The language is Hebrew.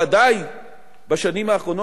ודאי בשנים האחרונות,